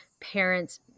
parents